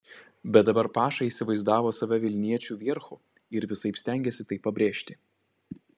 bet dabar paša įsivaizdavo save vilniečių vierchu ir visaip stengėsi tai pabrėžti